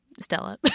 Stella